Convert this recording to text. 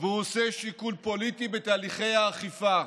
והוא עושה שיקול פוליטי בתהליכי האכיפה.